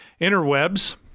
interwebs